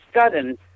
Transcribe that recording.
sudden